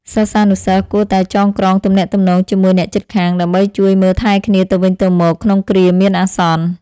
សិស្សានុសិស្សគួរតែចងក្រងទំនាក់ទំនងជាមួយអ្នកជិតខាង ដើម្បីជួយមើលថែគ្នាទៅវិញទៅមកក្នុងគ្រាមានអាសន្ន។